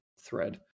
thread